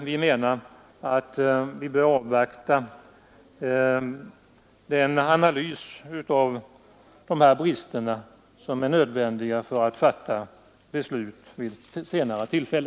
Vi menar att man bör avvakta den analys av de här bristerna som är nödvändig för att man skall kunna fatta beslut vid ett senare tillfälle.